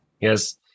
Yes